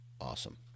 Awesome